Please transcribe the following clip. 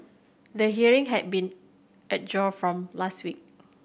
the hearing had been adjourned from last week